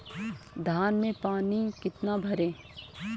धान में पानी कितना भरें?